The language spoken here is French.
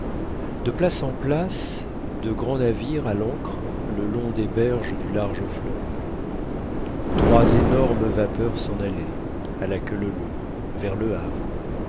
de place en place des grands navires à l'ancre le long des berges du large fleuve trois énormes vapeurs s'en allaient à la queue leu leu vers le havre